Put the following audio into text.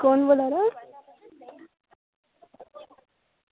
कुन्न बोल्ला दे